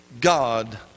God